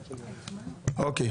אוקיי.